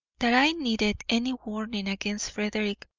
that i needed any warning against frederick,